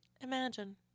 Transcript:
imagine